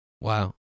Wow